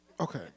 Okay